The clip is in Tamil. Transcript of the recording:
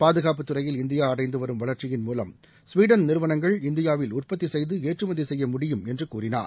பாதுகாப்பு துறையில் இந்தியா அடைந்து வரும் வளர்ச்சியின் மூவம் ஸ்வீடன் நிறுவனங்கள் இந்தியாவில் உற்பத்தி செய்து ஏற்றுமதி செய்ய முடியும் என்று கூறினார்